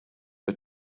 but